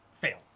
fail